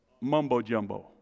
mumbo-jumbo